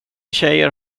tjejer